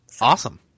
Awesome